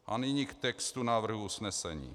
A nyní k textu návrhu usnesení: